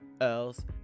else